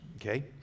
Okay